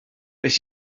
beth